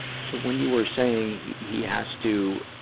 so when you were saying he he has to,